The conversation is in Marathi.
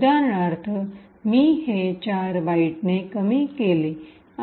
उदाहरणार्थ मी हे ४बाइटने कमी केले